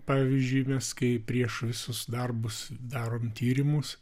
pavyzdžiui nes kai prieš visus darbus darom tyrimus